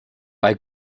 bei